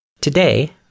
Today